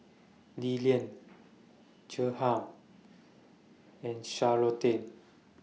Lillian Gerhardt and Charlottie